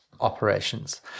operations